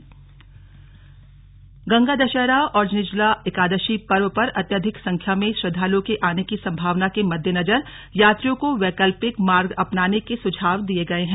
यातायात रूट सुझाव गंगा दशहरा और निर्जला एकादशी पर्व पर अत्यधिक संख्या में श्रद्धालुओं के आने की संभावना मद्देनजर यात्रियों को वैकल्पिक मार्ग अपनाने के सुझाव दिये गये हैं